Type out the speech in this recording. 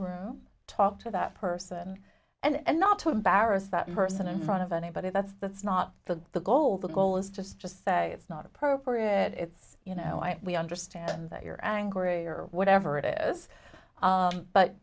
room talk to that person and not to embarrass that person in front of anybody that's that's not the the goal the goal is to just say it's not appropriate it's you know i understand that you're angry or whatever it is